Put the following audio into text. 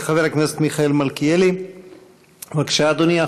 חבר הכנסת מיכאל מלכיאלי, בבקשה, אדוני.